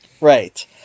Right